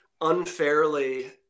unfairly